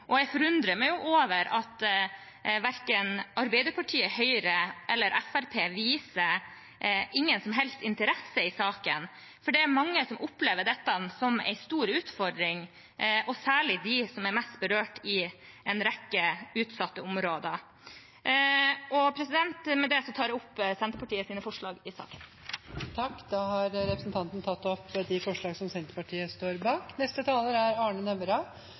Jeg forundrer meg over at verken Arbeiderpartiet, Høyre eller Fremskrittspartiet viser noen som helst interesse for saken. Det er mange som opplever dette som en stor utfordring, og særlig de som er mest berørt i en rekke utsatte områder. Med det tar jeg opp Senterpartiets forslag i saken. Da har representanten Sandra Borch tatt opp de forslag hun refererte til. Nok en gang har altså Senterpartiet